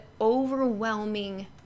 overwhelming